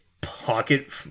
pocket